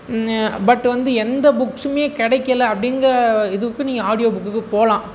பட்டு வந்து எந்த புக்ஸ்ஸும் கிடைக்கல அப்படிங்குற இதுக்கு நீங்கள் ஆடியோ புக்குக்கு போகலாம்